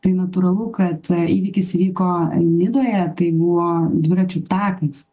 tai natūralu kad įvykis vyko nidoje tai buvo dviračių takas